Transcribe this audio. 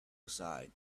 aside